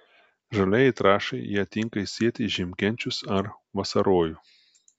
žaliajai trąšai ją tinka įsėti į žiemkenčius ar vasarojų